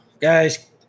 guys